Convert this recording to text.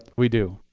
we do,